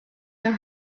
your